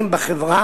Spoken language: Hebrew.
החוק,